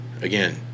again